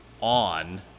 on